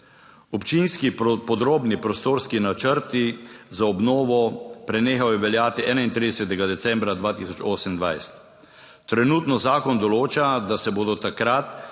Občinski podrobni prostorski načrti za obnovo prenehal je veljati 31. decembra 2028. Trenutno zakon določa, da se bodo takrat